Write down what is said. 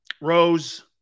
Rose